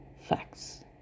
facts